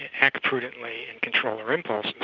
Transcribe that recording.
and act prudently and control our impulses.